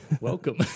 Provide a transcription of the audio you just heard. Welcome